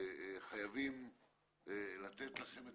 חייבים לתת לכם,